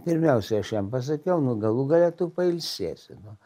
pirmiausiai aš jam pasakiau nu galų gale tu pailsėsi nu